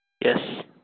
Yes